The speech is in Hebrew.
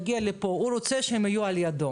לתת במספר הזה עדיפויות ולהצהיר על כך מראש על ידי ויזה.